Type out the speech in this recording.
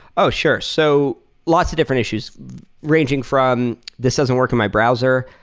oh, sure. so lots of different issues ranging from this doesn't work in my browser.